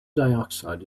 dioxide